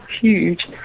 huge